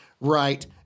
right